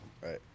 Right